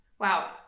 Wow